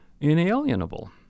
inalienable